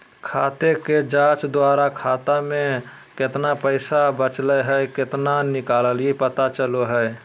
खाते के जांच द्वारा खाता में केतना पैसा बचल हइ केतना निकलय पता चलो हइ